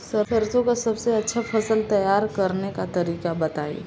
सरसों का सबसे अच्छा फसल तैयार करने का तरीका बताई